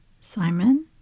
Simon